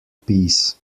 piece